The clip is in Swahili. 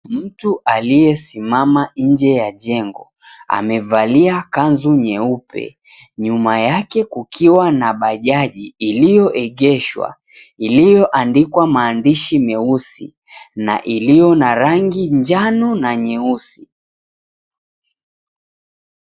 Mtu aliyesimama nje ya jengo amevalia kanzu nyeupe nyuma yake kukiwa na bajaji iliyoegeshwa iliyoandikwa maandishi meusi na iliyo na rangi njano na nyeusi.